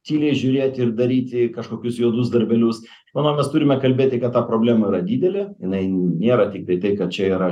tyliai žiūrėti ir daryti kažkokius juodus darbelius manau mes turime kalbėti kad ta problema yra didelė jinai nėra tiktai tai kad čia yra